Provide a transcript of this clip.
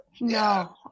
No